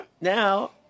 now